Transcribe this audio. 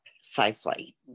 safely